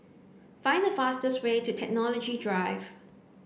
find the fastest way to Technology Drive